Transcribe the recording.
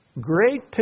Great